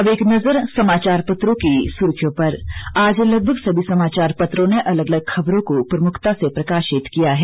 और अब एक नजर समाचार पत्रों की सुर्खियों पर आज लगभग सभी समाचार पत्रों ने अलग अलग ख़बरों को प्रमुखता से प्रकाशित किया है